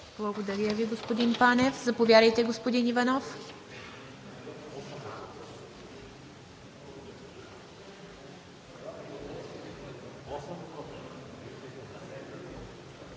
Благодаря Ви, господин Панев. Заповядайте, господин Иванов.